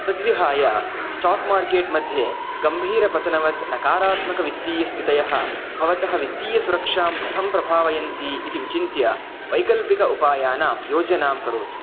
तद्विहाय stock market मध्ये गम्भीरपतनवत् नकारात्मकवित्तीयस्थितयः भवतः वित्तीयसुरक्षां कथं प्रभावयन्ति इति विचिन्त्य वैकल्पिक उपायानां योजनां करोतु